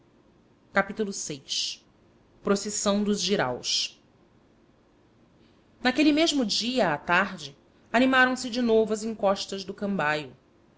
silêncio procissão dos jiraus naquele mesmo dia à tarde animaram se de novo as encostas do cambaio